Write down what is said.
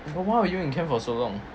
but why are you in camp for so long